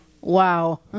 Wow